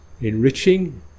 enriching